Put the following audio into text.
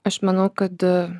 aš manau kad